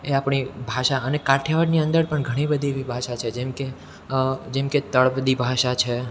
એ આપણી ભાષા અને કાઠિયાવાડની અંદર પણ ઘણી બધી એવી ભાષા છે જેમકે જેમકે તળપદી ભાષા છે